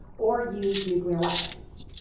or use nuclear weapons.